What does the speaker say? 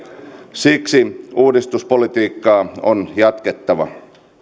siksi uudistuspolitiikkaa on jatkettava